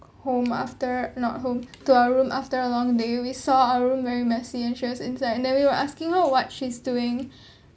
home after not home to our room after a long day we saw our room very messy and she was inside and then we were asking her what she's doing